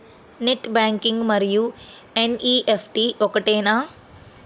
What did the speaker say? Net banking మరియు NEFT ఒకటేనా?